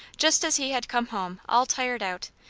just as he had come home all tired out,